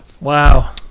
Wow